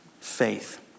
Faith